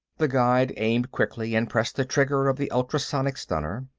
the guide aimed quickly and pressed the trigger of the ultrasonic stunner.